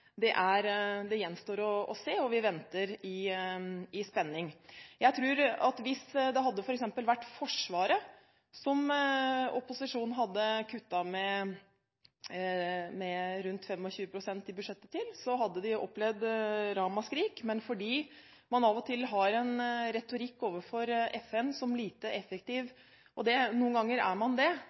oppsummere at det gjenstår å se, og vi venter i spenning. Jeg tror at hvis det f.eks. hadde vært Forsvarets budsjett opposisjonen hadde kuttet i med rundt 25 pst., hadde man opplevd ramaskrik, men fordi man av og til har en retorikk overfor FN som lite effektiv – og noen ganger er FN det – man sier at det